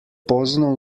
pozno